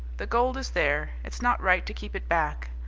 the gold is there. it's not right to keep it back.